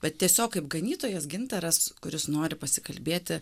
bet tiesiog kaip ganytojas gintaras kuris nori pasikalbėti